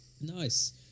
Nice